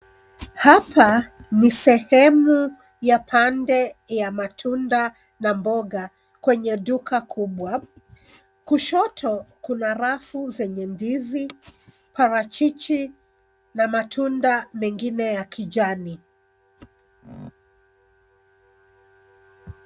Hapa ni sehemu ya pande ya matunda na mboga kwenye duka kubwa. Kushoto kuna rafu zenye ndizi, parachichi na matunda mengine ya kijani.